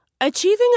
Achieving